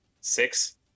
Six